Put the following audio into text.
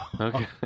Okay